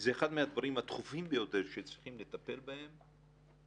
שזה אחד מהדברים הדחופים ביותר שצריכים לטפל בהם,